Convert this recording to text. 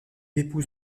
épouse